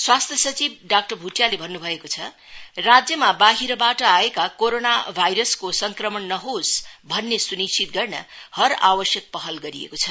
स्वास्थ्य सचिव डाक्टर भुटियाले भन्नु भएको छ राज्यमा बाहिरबाट भएका कोरोना भाइरसको संक्रमण नहोस् भन्ने सुनिश्चित गर्न हर आवश्यक पहल गरिएको छ